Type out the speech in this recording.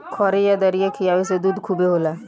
खरी आ दरिया खिआवे से दूध खूबे होला